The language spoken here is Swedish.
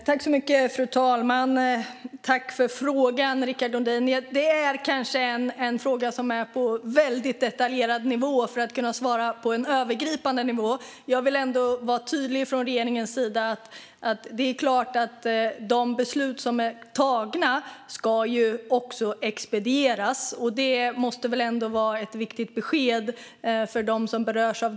Fru talman! Tack, Rickard Nordin, för frågan! Det är kanske en fråga som är på en väldigt detaljerad nivå när det gäller att kunna svara på en övergripande nivå. Jag vill från regeringens sida vara tydlig med att det är klart att de beslut som är tagna också ska expedieras. Detta måste vara ett viktigt besked för dem som berörs.